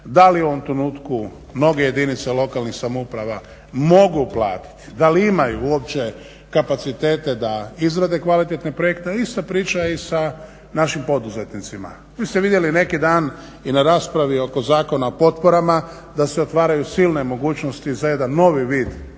da li u ovom trenutku mnoge jedinice lokalnih samouprava mogu platiti, da li imaju uopće kapacitete da izrade kvalitetne projekte. Ista priča je i sa našim poduzetnicima. Vi ste vidjeli neki dan i na raspravi oko Zakona o potporama da se otvaraju silne mogućnosti za jedan novi vid pomoći